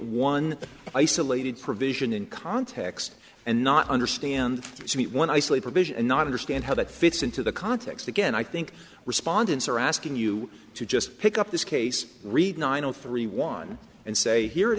one isolated provision in context and not understand me when i sleep or vision and not understand how that fits into the context again i think respondents are asking you to just pick up this case read nine zero three one and say here it